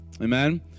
Amen